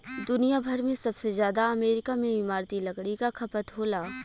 दुनिया भर में सबसे जादा अमेरिका में इमारती लकड़ी क खपत होला